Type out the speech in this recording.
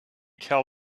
tell